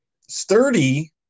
Sturdy